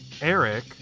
eric